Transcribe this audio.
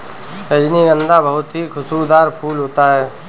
रजनीगंधा बहुत ही खुशबूदार फूल होता है